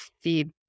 feed